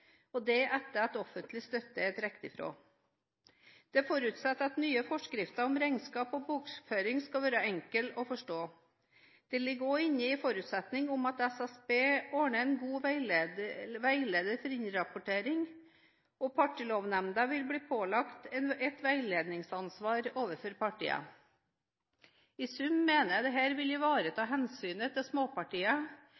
året – etter at offentlig støtte er trukket fra. Det forutsettes at nye forskrifter om regnskap og bokføring skal være enkle å forstå. Det ligger også inne en forutsetning om at SSB ordner en god veileder for innrapportering, og Partilovnemnda vil bli pålagt et veiledningsansvar overfor partiene. I sum mener jeg dette vil ivareta